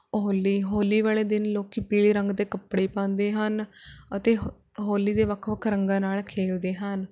ਹੋਲੀ ਹੋਲੀ ਵਾਲੇ ਦਿਨ ਲੋਕ ਪੀਲੇ ਰੰਗ ਦੇ ਕੱਪੜੇ ਪਾਉਂਦੇ ਹਨ ਅਤੇ ਹੋ ਹੋਲੀ ਦੇ ਵੱਖ ਵੱਖ ਰੰਗਾਂ ਨਾਲ਼ ਖੇਲਦੇ ਹਨ